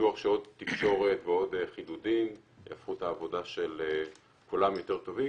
בטוח שעוד תקשורת ועוד חידודים יהפכו את העבודה של כולם ליותר טובה,